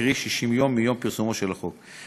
קרי 60 יום מיום פרסומו של החוק.